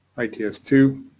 i t s two,